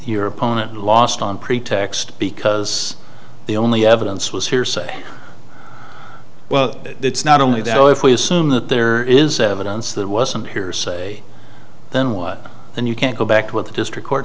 your opponent lost on pretext because the only evidence was hearsay well it's not only though if we assume that there is evidence that wasn't hearsay then what and you can't go back to what the district court